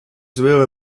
wäre